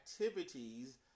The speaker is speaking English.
activities